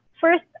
first